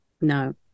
no